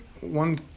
one